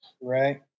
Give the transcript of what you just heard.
Right